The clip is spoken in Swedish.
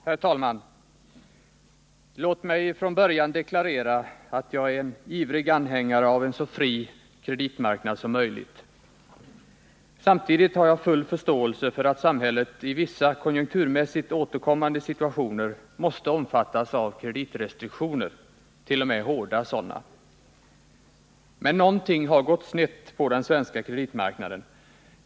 Herr talman! Låt mig från början deklarera att jag är ivrig anhängare av en så fri kreditmarknad som möjligt. Samtidigt har jag full förståelse för att samhället i vissa konjunkturmässigt återkommande situationer måste omfattas av 'kreditrestriktioner, t.o.m. hårda sådana. Men någonting har gått snett med den svenska kreditmarknaden.